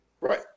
Right